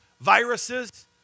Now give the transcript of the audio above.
viruses